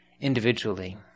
individually